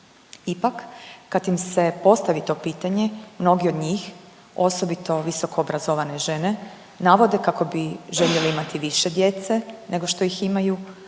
Ipak kad im se postavi to pitanje mnogi od njih, osobito visoko obrazovane žene navode kako bi željele imati više djece nego što ih imaju,